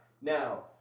Now